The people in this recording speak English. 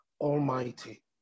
Almighty